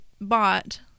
bought